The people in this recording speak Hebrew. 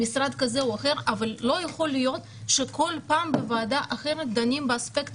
משרד כזה או אחר אבל לא יכול להיות שכל פעם בוועדה אחרת דנים באספקט